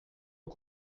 aux